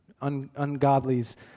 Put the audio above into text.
ungodly's